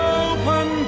open